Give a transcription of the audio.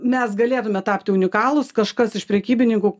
mes galėtume tapti unikalūs kažkas iš prekybininkų